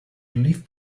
relief